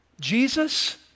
Jesus